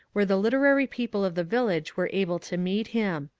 where the literary people of the village were able to meet him.